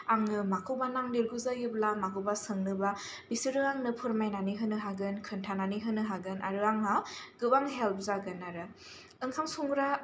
आङो माखौबा नांदेरगौ जायोब्ला माखौबा सोंनोब्ला बिसोरो आंनो फोरमायनानै होनो हागोन खोनथानानै होनो हागोन आरो आंहा गोबां हेलफ जागोन आरो ओंखाम संग्रा